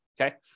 Okay